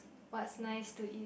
what's nice to eat